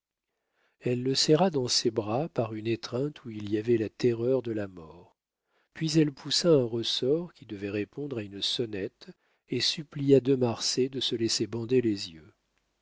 elle le serra dans ses bras par une étreinte où il y avait la terreur de la mort puis elle poussa un ressort qui devait répondre à une sonnette et supplia de marsay de se laisser bander les yeux